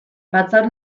batzar